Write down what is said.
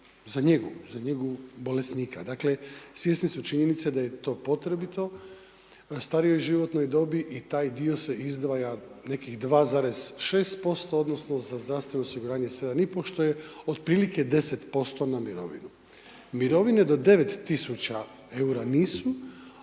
za njegu, za njegu bolesnika, dakle svjesni su činjenica da je to potrebito starijoj životnoj dobi i taj dio se izdvaja nekih 2,6%, odnosno za zdravstveno osiguranje 7 i pol, što je otprilike 10% na mirovinu. Mirovine do 9000 eura nisu